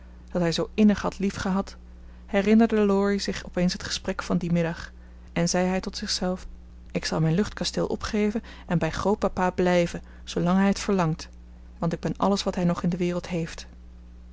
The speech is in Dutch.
dat hij zoo innig had liefgehad herinnerde laurie zich opeens het gesprek van dien middag en zei hij tot zichzelf ik zal mijn luchtkasteel opgeven en bij grootpapa blijven zoolang hij het verlangt want ik ben alles wat hij nog in de wereld heeft